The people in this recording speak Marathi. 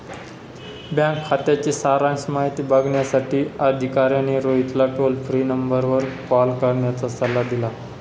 बँक खात्याची सारांश माहिती बघण्यासाठी अधिकाऱ्याने रोहितला टोल फ्री नंबरवर कॉल करण्याचा सल्ला दिला